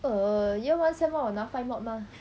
err year one sem one 我拿 five mod mah